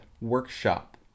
workshop